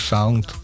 Sound